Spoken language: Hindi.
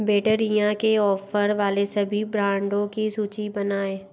बैटरियाँ के ऑफ़र वाले सभी ब्रांडों की सूची बनाएँ